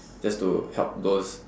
just to help those